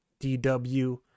DW